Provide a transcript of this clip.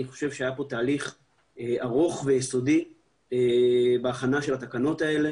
אני חושב שהיה פה תהליך ארוך ויסודי בהכנה של התקנות האלה